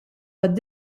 tad